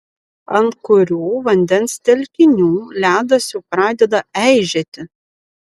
ant kurių vandens telkinių ledas jau pradeda eižėti